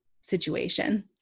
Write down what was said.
situation